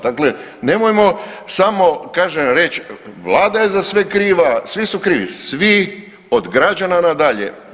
Dakle, nemojmo samo kažem reći vlada je za sve kriva, svi su krivi, svi od građana na dalje.